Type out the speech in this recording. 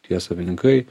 tie savininkai